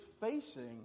facing